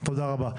תודה, תודה רבה.